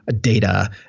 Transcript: data